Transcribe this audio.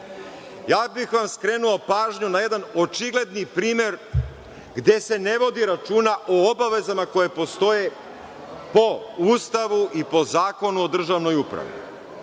bih vam pažnju na jedan očigledni primer gde se ne vodi računa o obavezama koje postoje po Ustavu i po Zakonu o državnoj upravi.